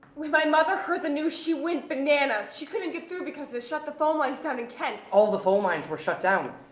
when my mother heard the news, she went bananas. she couldn't get through because they shut the phone lines down in kent. all the phone lines were shut down.